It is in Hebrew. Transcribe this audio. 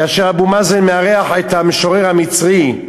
כאשר אבו מאזן מארח את המשורר המצרי,